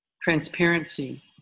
transparency